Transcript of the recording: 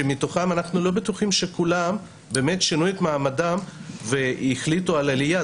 שמתוכם אנחנו לא בטוחים שכולם באמת שינו את מעמדם והחליטו על עלייה.